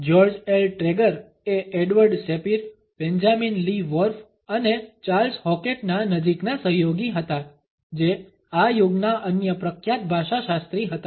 George L Trager એ Edward Sapir Benjamin Lee Whorf અને Charles હોકેટના નજીકના સહયોગી હતા જે આ યુગના અન્ય પ્રખ્યાત ભાષાશાસ્ત્રી હતા